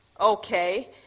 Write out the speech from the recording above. Okay